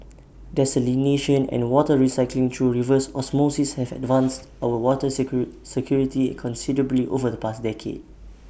desalination and water recycling through reverse osmosis have enhanced our water security considerably over the past decade